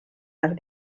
arc